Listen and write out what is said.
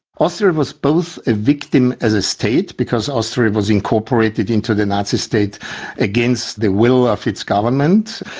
austria was both a victim as a state because austria was incorporated into the nazi state against the will of its government,